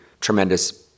tremendous